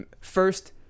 first